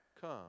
come